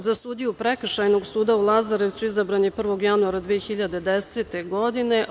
Za sudiju Prekršajnog suda u Lazarevcu izabran je 1. januara 2010. godine.